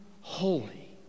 holy